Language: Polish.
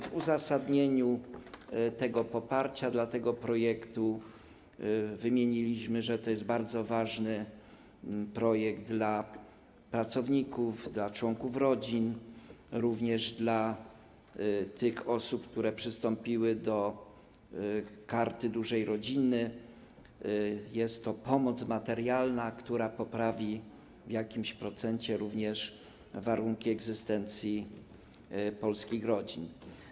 W uzasadnieniu poparcia dla tego projektu wymieniliśmy, że to jest bardzo ważny projekt dla pracowników, dla członków rodzin, również dla tych osób, które przystąpiły do Karty Dużej Rodziny, jest to pomoc materialna, która poprawi w jakimś procencie również warunki egzystencji polskich rodzin.